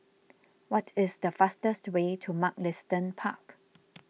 what is the fastest way to Mugliston Park